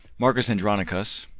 marcus andronicus,